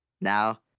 Now